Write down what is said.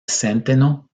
centeno